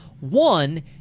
One